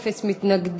אינו נוכח,